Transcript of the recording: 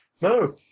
no